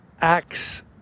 Acts